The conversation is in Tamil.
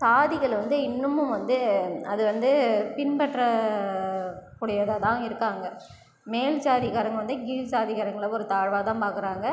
சாதிகள் வந்து இன்னுமும் வந்து அது வந்து பின்பற்ற கூடியதாக தான் இருக்காங்கள் மேல் ஜாதிகாரங்கள் வந்து கீழ் ஜாதிகாரங்கள் ஒரு தாழ்வாக தான் பார்க்கறாங்க